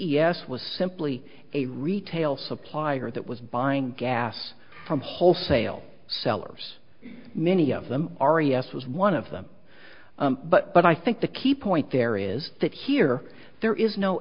e s was simply a retail supplier that was buying gas from wholesale sellers many of them are yes was one of them but but i think the key point there is that here there is no